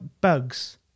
bugs